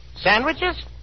Sandwiches